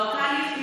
לא, זה אותו הליך.